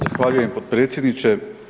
Zahvaljujem potpredsjedniče.